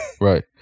right